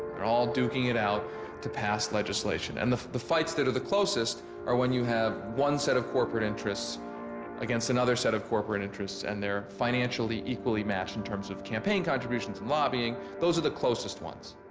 all duking it out to pass legislations and the the fights that are the closest are when you have one set of corporate interest against another set of corporate interests and they are financially equally matched in terms of campaign contributions and lobbying. those are the closest ones.